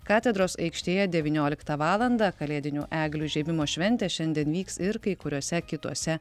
katedros aikštėje devynioliktą valandą kalėdinių eglių įžiebimo šventė šiandien vyks ir kai kuriuose kituose